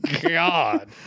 God